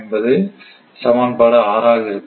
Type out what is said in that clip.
என்பது சமன்பாடு 6 ஆக இருக்கும்